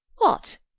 what,